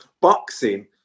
boxing